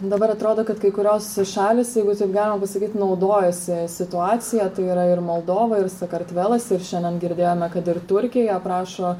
dabar atrodo kad kai kurios šalys jeigu taip galima pasakyt naudojasi situacija tai yra ir moldova ir sakartvelas ir šiandien girdėjome kad ir turkija prašo